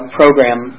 program